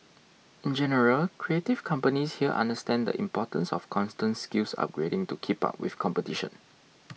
in general creative companies here understand the importance of constant skills upgrading to keep up with competition